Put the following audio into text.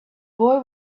boy